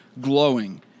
glowing